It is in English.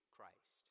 Christ